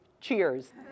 cheers